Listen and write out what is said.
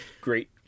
great